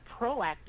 proactive